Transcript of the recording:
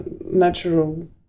natural